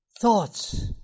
thoughts